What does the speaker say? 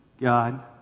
God